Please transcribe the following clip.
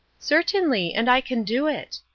certainly and i can do it.